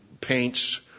paints